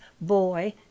boy